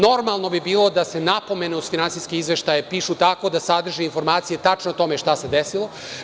Normalno bi bilo da se napomene uz finansijske izveštaje pišu tako da sadrže informacije tačno o tome šta se desilo.